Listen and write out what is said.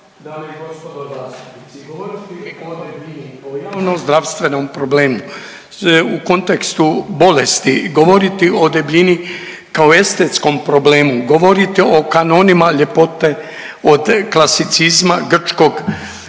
naknadno uključen./… o javnozdravstvenom problemu u kontekstu bolesti, govoriti o debljini kao o estetskom problemu, govoriti o kanonima ljepote od klasicizma, grčkog